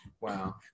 Wow